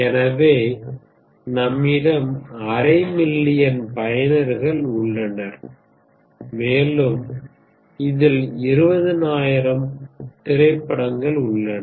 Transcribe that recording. எனவே நம்மிடம் அரை மில்லியன் பயனர்கள் உள்ளனர் மேலும் இதில் 20000 திரைப்படங்கள் உள்ளன